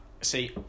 see